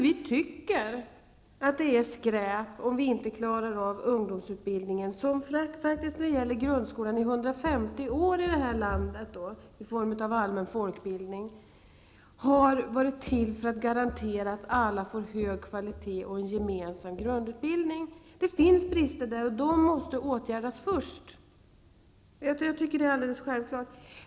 Vi tycker att det är skräp om vi inte klarar av ungdomsutbildningen, som faktiskt när det gäller grundskolan i 150 år har varit till här i landet i form av allmän folkbildning med syfte att garantera att alla får utbildning av hög kvalitet, och en gemensam grundutbildning. Det finns brister där och de måste åtgärdas först. Det är alldeles självklart.